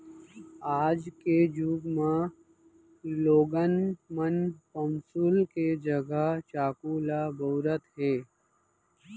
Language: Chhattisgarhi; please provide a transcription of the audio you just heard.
आज के जुग म लोगन मन पौंसुल के जघा चाकू ल बउरत हें